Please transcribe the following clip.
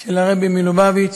של הרבי מלובביץ'.